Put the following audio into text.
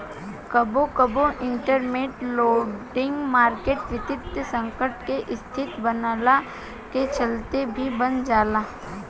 कबो कबो interbank lending market वित्तीय संकट के स्थिति बनला के चलते भी बन जाला